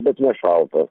bet nešalta